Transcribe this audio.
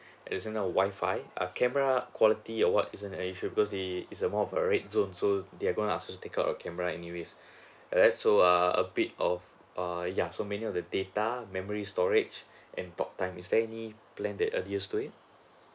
as in a Wi-Fi a camera quality or what is not an issue because the it's a more of a red zone so they not gonna let us to take out a camera anyways like that so err a bit of err ya so mainly on the data memory storage and talk time is there any plans that adheres to it